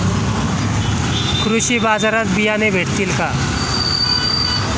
कृषी बाजारात बियाणे भेटतील का?